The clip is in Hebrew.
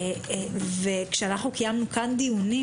אנחנו קיימנו כאן דיונים,